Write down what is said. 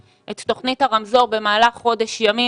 את תוכנית הרמזור במהלך חודש ימים,